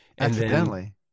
Accidentally